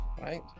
Right